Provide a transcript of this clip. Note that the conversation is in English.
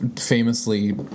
famously